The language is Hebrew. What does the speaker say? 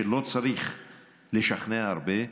לא צריך לשכנע הרבה.